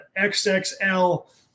xxl